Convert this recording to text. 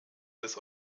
des